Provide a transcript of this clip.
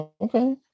Okay